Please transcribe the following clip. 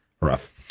rough